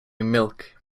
milk